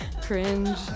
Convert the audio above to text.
Cringe